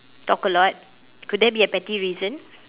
talk a lot could that be a petty reason